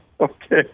Okay